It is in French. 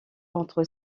contre